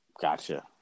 Gotcha